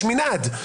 יש מנעד,